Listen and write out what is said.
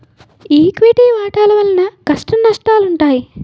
equity వాటాల వలన కష్టనష్టాలుంటాయి